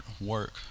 work